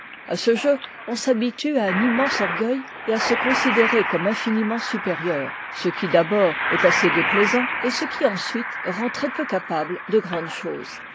à ce jeu on s'habitue à un immense orgueil et à se considérer comme infiniment supérieur ce qui d'abord est assez déplaisant et ce qui ensuite rend très peu capable de grandes choses